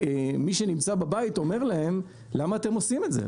מי שנמצא בבית שואל אותם למה הם עושים את זה,